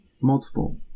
multiple